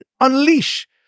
unleash